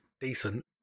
decent